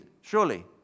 Surely